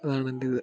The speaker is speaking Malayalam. അതാണ് എൻ്റെ ഇത്